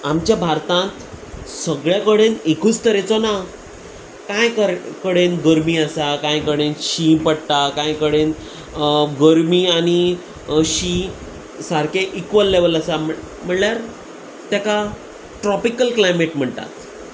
आमच्या भारतांत सगळ्या कडेन एकूच तरेचो ना कांय कडेन गरमी आसा कांय कडेन शीं पडटा कांय कडेन गर्मी आनी शीं सारकें इक्वल लेवल आसा म्हणल्यार तेका ट्रॉपिकल क्लायमेट म्हणटात